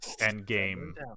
end-game